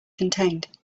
contained